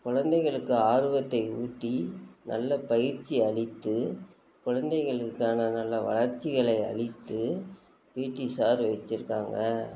குழந்தைகளுக்கு ஆர்வத்தை ஊட்டி நல்ல பயிற்சி அளித்து குழந்தைகளுக்கான நல்ல வளர்ச்சிகளை அளித்து பிடி சார் வெச்சுருக்காங்க